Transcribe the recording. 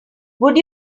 would